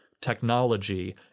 technology